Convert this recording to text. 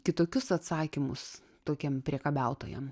kitokius atsakymus tokiem priekabiautojam